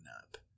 up